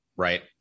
right